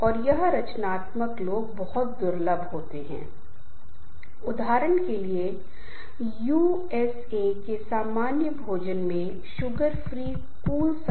औपचारिक समूह आम तौर पर 3 रूप के होते हैं जैसे कि कमांड समूहटास्क ग्रुप और फंक्शनल ग्रुप इसलिए एक एक करके मैं इस प्रकार के समूहों के बारे में जानकारी लूंगा और डिस्कस करूंगा